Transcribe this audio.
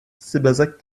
sébazac